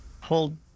Hold